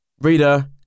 Reader